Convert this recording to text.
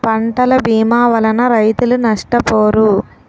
పంటల భీమా వలన రైతులు నష్టపోరు